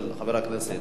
חבר הכנסת חיים כץ,